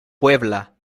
puebla